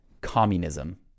communism